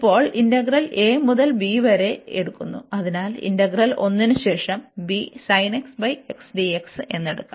ഇപ്പോൾ integral a മുതൽ b വരെ എടുക്കുന്നു അതിനാൽ ഇന്റഗ്രൽ ഒന്നിനുശേഷം b dx എന്നെടുക്കാം